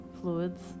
fluids